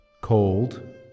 cold